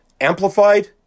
amplified